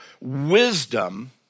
wisdom